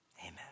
Amen